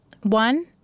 One